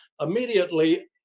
immediately